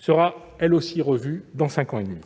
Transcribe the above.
-sera elle aussi revue dans cinq ans et demi.